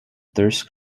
thirsk